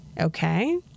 Okay